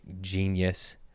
genius